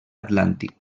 atlàntic